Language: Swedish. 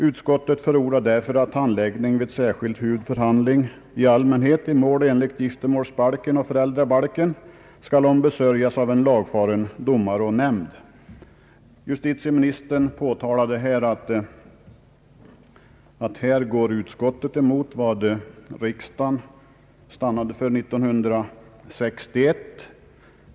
Utskottet förordar således att handläggning vid särskild huvudförhandling i allmänhet i mål enligt giftermålsbalken och mål enligt föräldrabalken skall ombesörjas av en lagfaren domare och nämnd. Justitieministern framhöll att utskottet på denna punkt går emot vad riksdagen stannat för 1961.